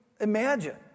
imagine